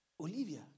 Olivia